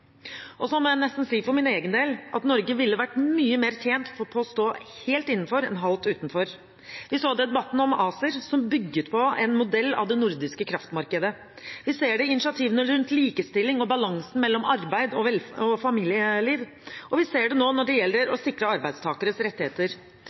jeg si nesten for min egen del at Norge ville vært mye mer tjent med å stå helt innenfor enn halvt utenfor. Vi så det i debatten om ACER, som bygget på en modell av det nordiske kraftmarkedet. Vi ser det i initiativene rundt likestilling og balansen mellom arbeid og familieliv, og vi ser det når det gjelder